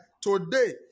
Today